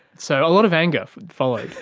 so a lot of anger followed.